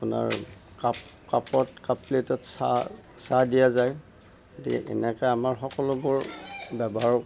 আপোনাৰ কাপ কাপত কাপ প্লেটত চাহ চাহ দিয়া যায় গতিকে তেনেকৈ আমাৰ সকলোবোৰ ব্যৱহাৰ